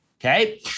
okay